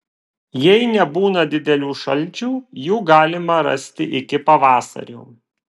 jei nebūna didelių šalčių jų galima rasti iki pavasario